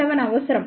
7 అవసరం